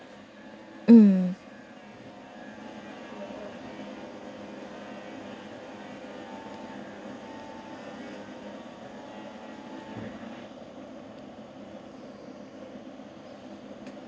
uh